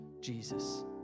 Jesus